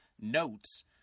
notes